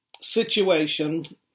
situation